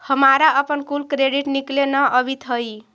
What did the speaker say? हमारा अपन कुल क्रेडिट निकले न अवित हई